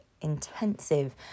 intensive